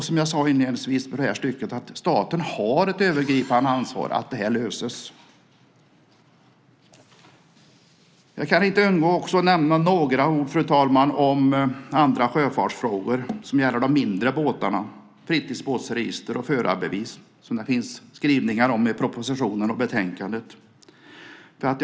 Som jag sade inledningsvis har staten ett övergripande ansvar för att detta löses. Jag kan inte låta bli att nämna några ord, fru talman, också om andra sjöfartsfrågor som gäller de mindre båtarna, fritidsbåtsregister och förarbevis, som det finns skrivningar om i propositionen och i betänkandet.